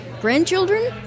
Grandchildren